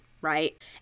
right